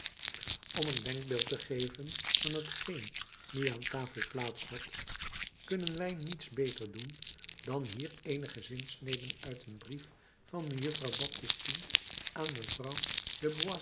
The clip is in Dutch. om een denkbeeld te geven van t geen nu aan tafel plaats had kunnen wij niets beter doen dan hier eenige zinsneden uit een brief van mejuffrouw baptistine aan mevrouw